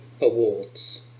Awards